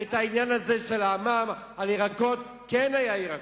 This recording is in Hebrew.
את העניין הזה של מע"מ על ירקות, כן היה מס.